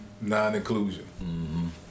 non-inclusion